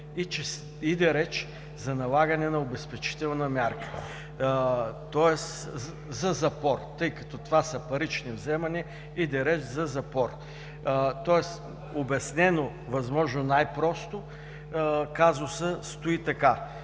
Иде реч за налагане на обезпечителна мярка, тоест за запор, тъй като това са парични вземания, иде реч за запор. Обяснено най-просто казусът стои така: